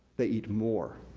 they eat more.